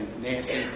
Nancy